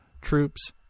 troops